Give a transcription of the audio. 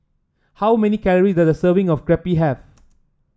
how many calories does a serving of Crepe have